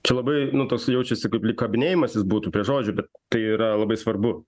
čia labai nu toks jaučiasi kaip kabinėjimasis būtų prie žodžių bet tai yra labai svarbu